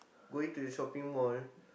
going to the shopping mall